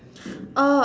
oh